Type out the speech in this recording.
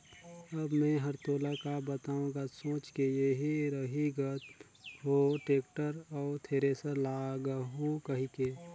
अब मे हर तोला का बताओ गा सोच के एही रही ग हो टेक्टर अउ थेरेसर लागहूँ कहिके